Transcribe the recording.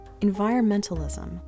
Environmentalism